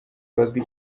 bazwi